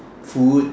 food